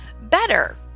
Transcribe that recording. better